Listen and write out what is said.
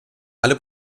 alle